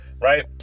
right